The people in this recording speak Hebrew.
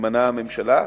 שממנה הממשלה,